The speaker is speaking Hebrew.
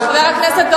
השמאל הישראלי,